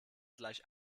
gleich